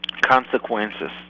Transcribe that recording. consequences